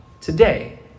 today